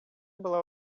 была